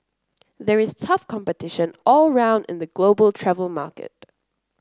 there is tough competition all round in the global travel market